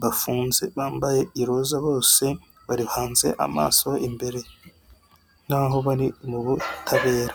bafunze bambaye iroza bose bahanze amaso imbere nk'aho bari mu butabera.